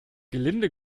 gelinde